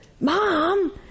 Mom